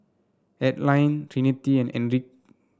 Aline Trinity and Enrique